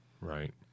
Right